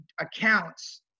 accounts